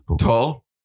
Tall